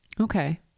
Okay